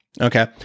Okay